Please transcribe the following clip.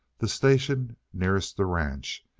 the station nearest the ranch,